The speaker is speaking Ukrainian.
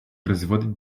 призводить